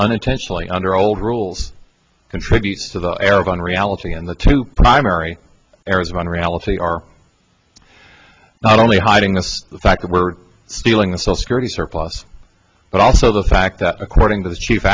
unintentionally under old rules contributes to the aragon reality and the two primary areas of unreality are not only hiding this fact that we're stealing the still security surplus but also the fact that according to the ch